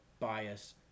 bias